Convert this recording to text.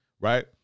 right